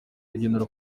kugendera